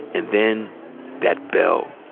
and then that bell